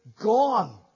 gone